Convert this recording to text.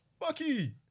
Bucky